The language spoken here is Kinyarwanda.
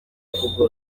zikunzwe